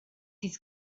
his